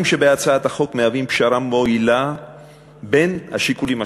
שבהצעת החוק הם פשרה מועילה בין השיקולים השונים,